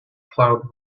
cloud